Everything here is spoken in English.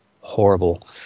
Horrible